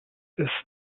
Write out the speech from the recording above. ist